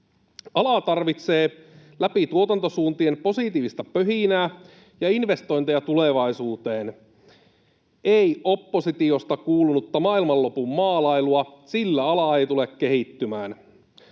Ala tarvitsee läpi tuotantosuuntien positiivista pöhinää ja investointeja tulevaisuuteen, ei oppositiosta kuulunutta maailmanlopun maalailua. Sillä ala ei tule kehittymään.